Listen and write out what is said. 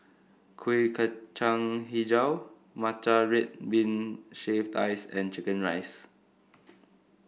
Kuih Kacang hijau Matcha Red Bean Shaved Ice and chicken rice